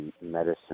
medicine